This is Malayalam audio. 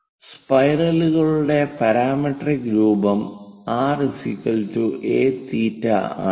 സ്പൈറലുകളുടെ പാരാമെട്രിക് രൂപം r aθ ആണ്